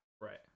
right